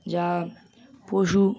যা পশু